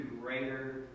greater